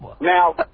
Now